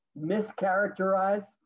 mischaracterized